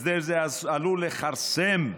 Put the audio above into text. הסדר זה עלול לכרסם,